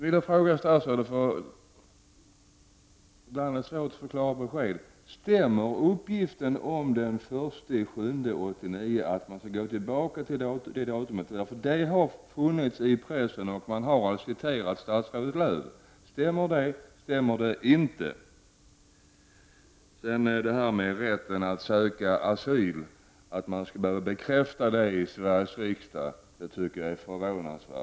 Ibland är det svårt att få klara besked på frågor. Stämmer uppgiften om den 1 juli 1989, dvs. att retroaktiviteten skall gälla från det datumet? Den uppgiften har funnits i pressen, som har citerat statsrådet Lööw. Stämmer uppgiften eller stämmer den inte? Jag tycker att det är förvånansvärt när man i Sveriges riksdag skall behöva bekräfta rätten att få söka asyl.